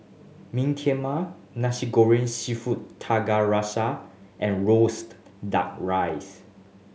meen mak Nasi Goreng Seafood Tiga Rasa and roaste Duck Rice